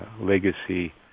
legacy